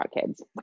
kids